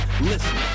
Listen